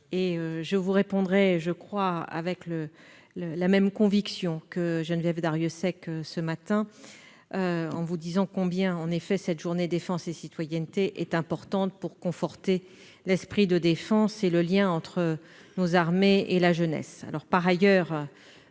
Je vous réponds avec la même conviction que Geneviève Darrieussecq ce matin, en vous assurant combien cette journée est importante pour conforter l'esprit de défense et le lien entre nos armées et la jeunesse.